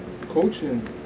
coaching